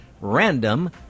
random